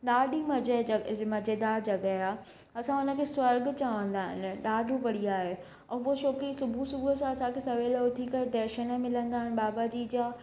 ॾाढी मजे जे मजेदार जॻह आहे असां उनखे स्वर्ग चवंदा आहिनि ॾाढो बढ़िया आहे ऐं पोइ छो की सुबुह सुबुह जो सवेल उथी असांखे दर्शन मिलंदा आहिनि बाबाजी जा